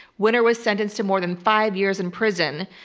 winner was sentenced to more than five years in prison.